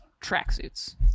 tracksuits